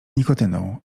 nikotyną